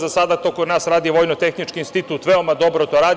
Za sada to kod nas radi Vojno tehnički institut, veoma dobro to radi.